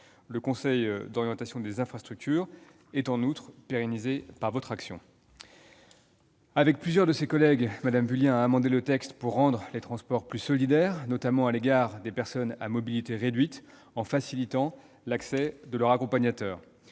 Le Conseil d'orientation des infrastructures est, en outre, pérennisé par votre action. Avec plusieurs de ses collègues, Mme Vullien a amendé le texte pour rendre les transports plus solidaires, notamment à l'égard des personnes à mobilité réduite, en facilitant l'accès de leur accompagnateur.